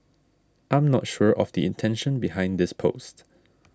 I'm not sure of the intention behind this post